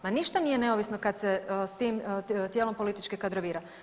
Ma ništa nije neovisno kad se s tim tijelom politički kadrovira.